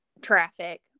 traffic